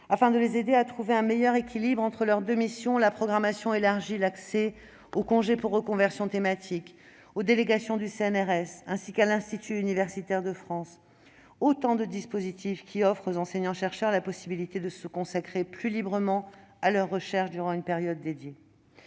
Afin de les aider à trouver un meilleur équilibre entre leurs deux missions, la programmation élargit l'accès aux congés pour recherches ou conversions thématiques, aux délégations du CNRS ainsi qu'à l'Institut universitaire de France, autant de dispositifs qui offrent aux enseignants-chercheurs la possibilité de se consacrer plus librement à leurs recherches durant une période dédiée.